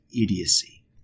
idiocy